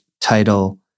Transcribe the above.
title